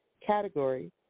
category